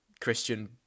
Christian